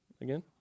again